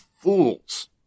fools